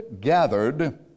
gathered